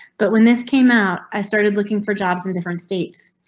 but when this came out, i started looking for jobs in different states.